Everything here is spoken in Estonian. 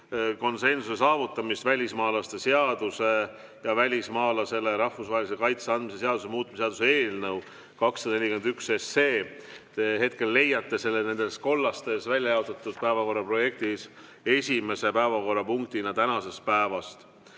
konsensuse saavutamist välismaalaste seaduse ja välismaalasele rahvusvahelise kaitse andmise seaduse muutmise seaduse eelnõu 241 osas. Te leiate selle nendest kollastest välja jaotatud päevakorra projektidest esimese päevakorrapunktina tänasel päeval.